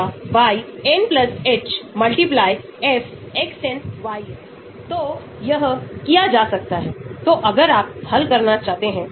अवशोषण और जैविक प्रणालियों में वितरण प्रक्रियाको अणुओं के हाइड्रोफिलिक या हाइड्रोफोबिक गुण द्वारा निर्धारितकिया जाता है